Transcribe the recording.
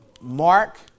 Mark